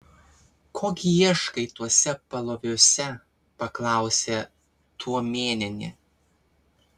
ko gi ieškai tuose paloviuose paklausė tuomėnienė